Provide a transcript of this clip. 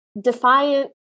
defiant